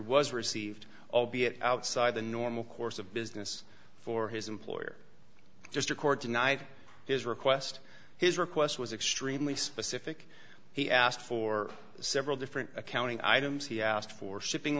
was received albeit outside the normal course of business for his employer just record tonight his request his request was extremely specific he asked for several different accounting items he asked for shipping